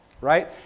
Right